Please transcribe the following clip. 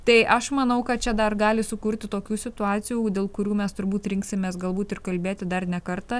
tai aš manau kad čia dar gali sukurti tokių situacijų dėl kurių mes turbūt rinksimės galbūt ir kalbėti dar ne kartą